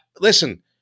Listen